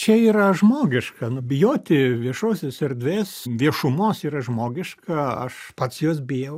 čia yra žmogiška nu bijoti viešosios erdvės viešumos yra žmogiška aš pats jos bijau